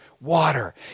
water